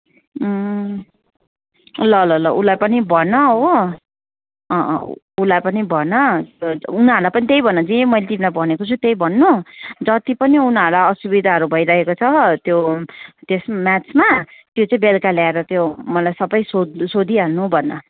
ल ल ल उसलाई पनि भन हो उसलाई पनि भन उनीहरूलाई पनि त्यही भन जे मैले तिमीलाई भनेको छु त्यही भन्नु जति पनि उनाहरूलाई असुविधाहरू भइराखेको छ त्यो त्यस म्याथ्समा त्यो चाहिँ बेलुका ल्याएर त्यो मलाई सबै सध् सोधिहाल्नु भन